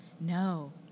No